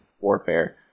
warfare